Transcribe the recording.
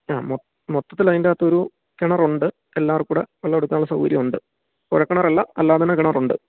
ആ മൊത്തിലതിന്റകത്ത് ഒരു കിണറുണ്ട് എല്ലാവർക്കുംകൂടെ വെള്ളം എടുക്കാനുള്ള സൗകര്യം ഉണ്ട് കുഴൽകിണറല്ല അല്ലാതെതന്നെ കിണറുണ്ട്